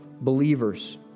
believers